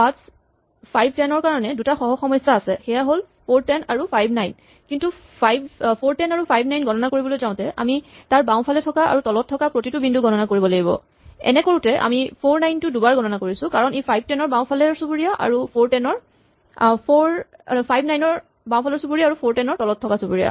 পাথছ৫১০ ৰ কাৰণে দুটা সহ সমস্যা আছে সেয়া হ'ল ৪ ১০ আৰু ৫ ৯ কিন্তু ৪১০ আৰু ৫ ৯ গণনা কৰিবলৈ যাওঁতে আমি তাৰ বাওঁফালে থকা আৰু তলত থকা প্ৰতিটো বিন্দু গণনা কৰিব লাগিব এনে কৰোতে আমি ৪ ৯ টো দুবাৰ গণনা কৰিছো কাৰণ ই ৫১০ ৰ বাওঁফালৰ চুবুৰীয়া আৰু ৪১০ ৰ তলত থকা চুবুৰীয়া